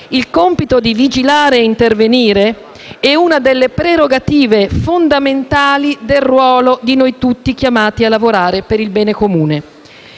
il compito di vigilare e intervenire è una delle prerogative fondamentali del ruolo di noi tutti chiamati a lavorare per il bene comune.